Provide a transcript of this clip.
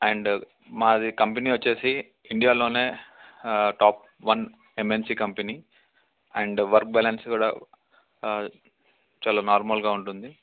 and మాది company వచ్చేసి ఇండియాలోనే top one MNC company and work balance కూడా చాలా నార్మల్గా ఉంటుంది